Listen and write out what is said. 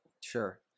sure